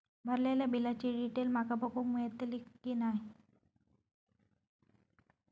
भरलेल्या बिलाची डिटेल माका बघूक मेलटली की नाय?